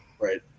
right